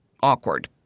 awkward